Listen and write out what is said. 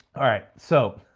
alright, so,